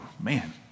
man